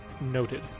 noted